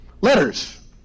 Letters